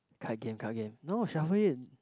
card game card game no shuffle it